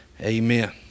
Amen